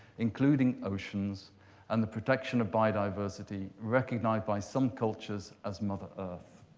including oceans and the protection of biodiversity, recognized by some cultures as mother earth.